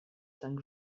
cinq